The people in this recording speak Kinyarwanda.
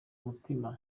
mutima